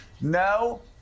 no